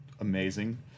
amazing